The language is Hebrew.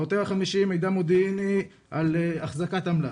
העותר החמישי, מידע מודיעיני על החזקת אמל"ח.